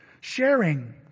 sharing